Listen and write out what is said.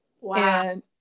Wow